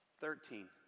thirteen